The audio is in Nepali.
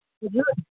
हजुर